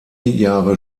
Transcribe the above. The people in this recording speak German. jahre